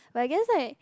but I guess like